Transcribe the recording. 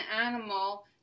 animal